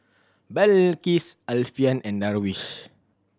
Balqis Alfian and Darwish